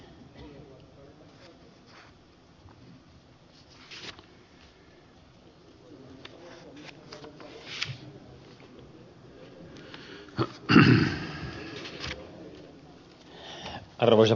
arvoisa puhemies